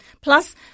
Plus